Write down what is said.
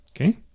Okay